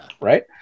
right